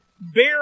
bear